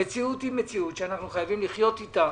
המציאות היא כזאת, שאנחנו חייבים לחיות איתה.